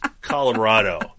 Colorado